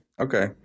okay